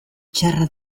txarra